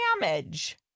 damage